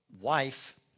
wife